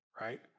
right